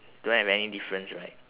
don't have any difference right